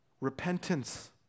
Repentance